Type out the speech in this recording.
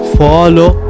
follow